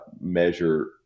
measure